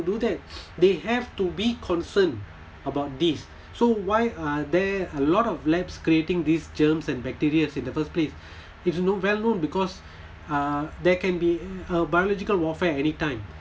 do that they have to be concerned about this so why are there a lot of labs creating these germs and bacteria in the first place it's well known because uh there can be a biological warfare anytime